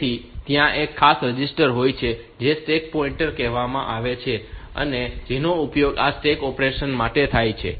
તેથી ત્યાં એક ખાસ રજીસ્ટર હોય છે જેને સ્ટેક પોઇન્ટર કહેવામાં આવે છે અને જેનો ઉપયોગ આ સ્ટેક ઓપરેશન માટે થાય છે